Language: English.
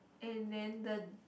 and then the